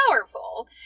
powerful